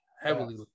heavily